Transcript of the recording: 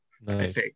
Nice